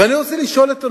ואני רוצה לשאול את אונסק"ו,